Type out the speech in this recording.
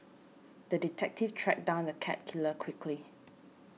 the detective tracked down the cat killer quickly